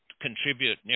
contribute